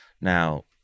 Now